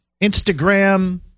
Instagram